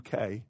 UK